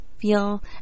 feel